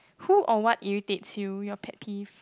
who or what irritates you your pet peeve